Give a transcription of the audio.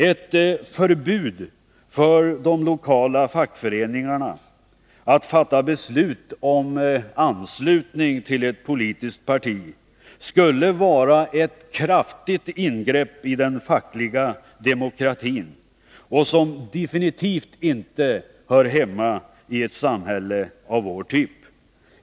Ett förbud för de lokala fackföreningarna att fatta beslut om anslutning till ett politiskt parti skulle vara ett kraftigt ingrepp i den fackliga demokratin, något som definitivt inte hör hemma i ett samhälle av vår typ.